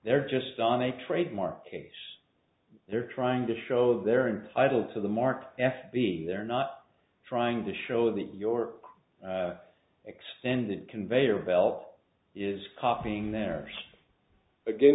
they're just on a trademark case they're trying to show they're entitled to the mark s being they're not trying to show that your extended conveyor belt is copying their again